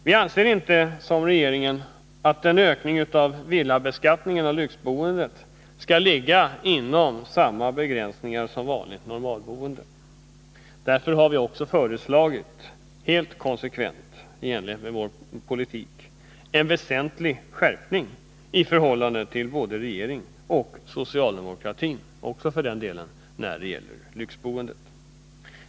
Vi anser inte som regeringen att en ökning av villabeskattningen när det gäller lyxboende skall ligga inom samma begränsningar som när det gäller vanligt normalboende. Därför har vi helt konsekvent och i enlighet med vår politik föreslagit en väsentlig skärpning av beskattningen av lyxboendet i förhållande till vad både regeringen och socialdemokratin föreslagit.